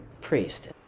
priest